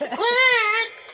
class